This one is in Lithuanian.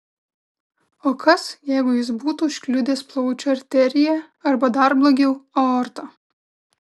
o kas jeigu jis būtų užkliudęs plaučių arteriją arba dar blogiau aortą